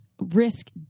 risk